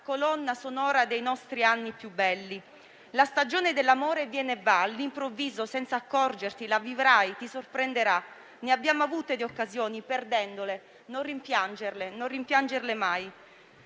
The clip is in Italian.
colonna sonora dei nostri anni più belli. «La stagione dell'amore viene e va. All'improvviso senza accorgerti, la vivrai, ti sorprenderà. Ne abbiamo avute di occasioni. Perdendole, non rimpiangerle, non rimpiangerle mai».